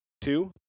two